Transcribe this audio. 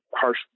harsh